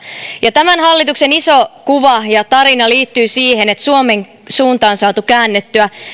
ja tämän hallituksen iso kuva ja tarina liittyy siihen että suomen suunta on saatu käännettyä